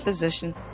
physician